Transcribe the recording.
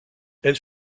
elle